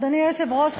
אדוני היושב-ראש,